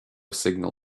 signal